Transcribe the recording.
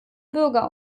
bürger